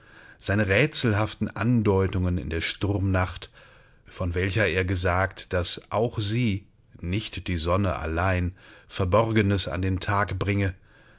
seine rätselhaften andeutungen in der sturmnacht von welcher er gesagt daß auch sie nicht die sonne allein verborgenes an den tag bringe